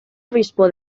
obispo